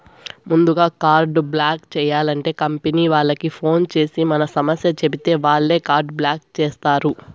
ముందుగా card block చేయాలంటే company వాళ్లకి ఫోన్ చేసి మన సమస్య చెప్పితే వాళ్లే కార్డు బ్లాక్ చేస్తారు